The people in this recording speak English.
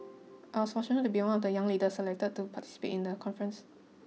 I was fortunate to be one of the young leaders selected to participate in the conference